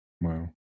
Wow